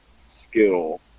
skill